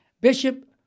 Bishop